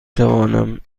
توانم